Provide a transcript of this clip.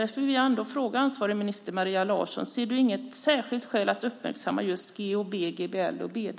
Därför vill jag fråga ansvarig minister Maria Larsson: Ser du inget särskilt skäl att uppmärksamma just GHB, GBL och BD?